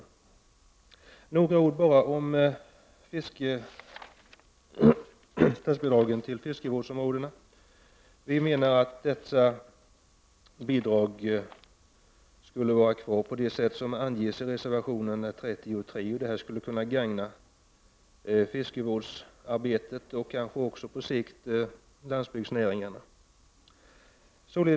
Jag vill säga några ord om statsbidragen till fiskevårdsområden. Vi menar att detta bidrag skall vara kvar på det sätt som anges i reservation 33. Detta skulle kunna gagna fiskevårdsarbetet och kanske även på sikt landsbygdsnäringarna. Fru talman!